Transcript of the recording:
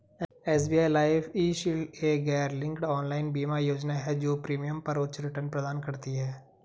SBI life e shield एक गैरलिंक्ड online बीमा योजना है जो प्रीमियम पर उच्च रिटर्न प्रदान करती है